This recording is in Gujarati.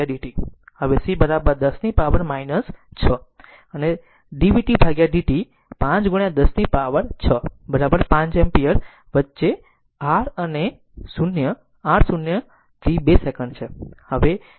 તેથી c 10 ની પાવર 6 અને dvt dt 5 10 ની પાવર 6 5 એમ્પીયર વચ્ચે 0 અને r 0 થી 2 સેકન્ડ છે